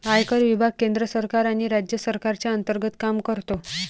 आयकर विभाग केंद्र सरकार आणि राज्य सरकारच्या अंतर्गत काम करतो